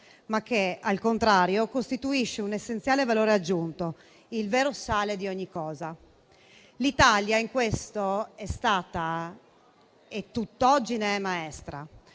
ma che, al contrario, costituisce un essenziale valore aggiunto, il vero sale di ogni cosa. L'Italia in questo è stata e tutt'oggi è maestra,